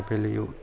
तपाईँले यो